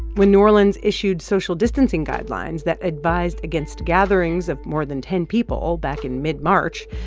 when new orleans issued social distancing guidelines that advised against gatherings of more than ten people back in mid-march,